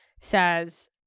says